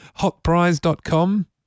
Hotprize.com